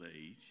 age